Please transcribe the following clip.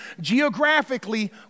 geographically